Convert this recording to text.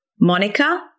Monica